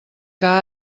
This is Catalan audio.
que